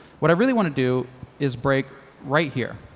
what i really want to do is break right here.